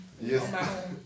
Yes